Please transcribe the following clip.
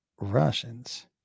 Russians